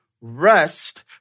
rest